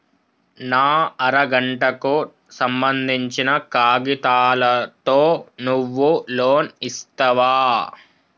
నా అర గంటకు సంబందించిన కాగితాలతో నువ్వు లోన్ ఇస్తవా?